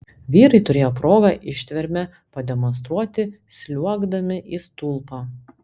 vyrai turėjo progą ištvermę pademonstruoti sliuogdami į stulpą